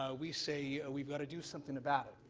ah we say we've got to do something about it.